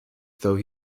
though